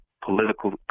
political